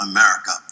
America